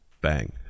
Bang